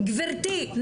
גברתי,